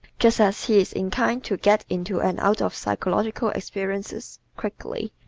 just as he is inclined to get into and out of psychological experiences quickly,